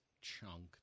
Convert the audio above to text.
chunk